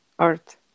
earth